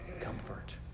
comfort